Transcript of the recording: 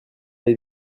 les